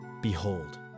Behold